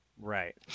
Right